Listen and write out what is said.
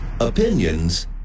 opinions